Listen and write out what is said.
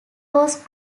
was